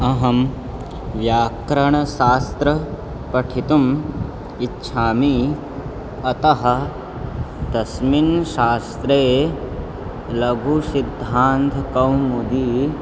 अहं व्याकरणशास्त्रं पठितुम् इच्छामि अतः तस्मिन् शास्त्रे लघुसिद्धान्तकौमुदी